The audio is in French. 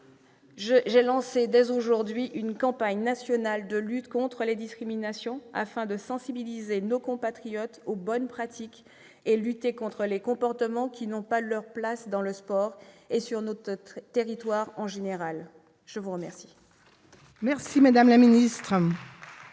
j'ai lancé, ce matin même, une campagne nationale de lutte contre les discriminations, afin de sensibiliser nos compatriotes aux bonnes pratiques et de lutter contre les comportements qui n'ont pas leur place dans le sport et sur notre territoire en général. La parole